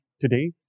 today